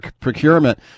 procurement